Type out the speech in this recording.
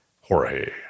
Jorge